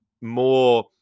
more